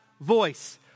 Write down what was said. voice